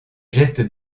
gestes